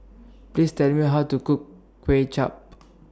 Please Tell Me How to Cook Kway Chap